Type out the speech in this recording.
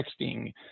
texting